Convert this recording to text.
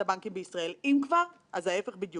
מה שמכונה בדפים הכלכליים ״מיחזור״.